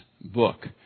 book